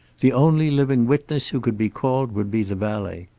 the only living witness who could be called would be the valet.